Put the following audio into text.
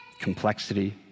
Complexity